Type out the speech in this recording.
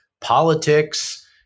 politics